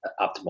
optimal